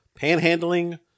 panhandling